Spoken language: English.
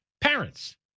parents